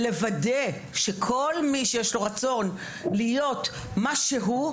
ונוודא שכל מי שיש לו רצון להיות מה שהוא,